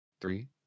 three